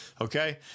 Okay